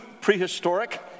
prehistoric